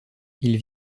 ils